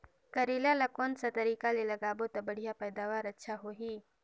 करेला ला कोन सा तरीका ले लगाबो ता बढ़िया पैदावार अच्छा होही?